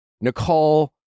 Nicole